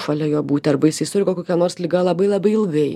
šalia jo būti arba jisai sirgo kokia nors liga labai labai ilgai